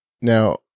now